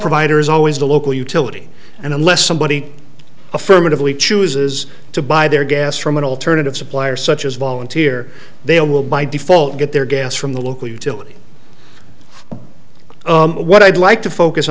provider is always the local utility and unless somebody affirmatively chooses to buy their gas from an alternative supplier such as volunteer they will by default get their gas from the local utility what i'd like to focus